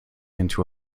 into